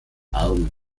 arm